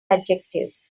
adjectives